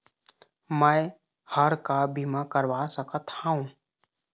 मैं हर का बीमा करवा सकत हो?